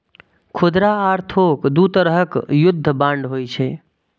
खुदरा आ थोक दू तरहक युद्ध बांड होइ छै